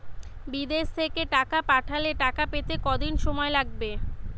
বিদেশ থেকে টাকা পাঠালে টাকা পেতে কদিন সময় লাগবে?